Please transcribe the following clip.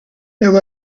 would